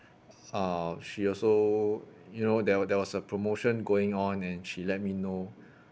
uh she also you know there there was a promotion going on and she let me know